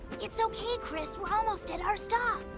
it's okay, chris, we're almost at our stop.